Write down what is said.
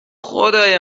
خدای